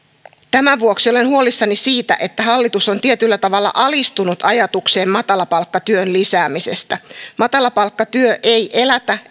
tämän vuoksi olen huolissani siitä että hallitus on tietyllä tavalla alistunut ajatukseen matalapalkkatyön lisäämisestä matalapalkkatyö ei elätä